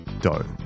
dough